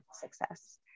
success